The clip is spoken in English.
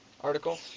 article